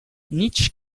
nietzsche